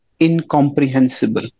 incomprehensible